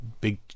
big